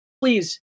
please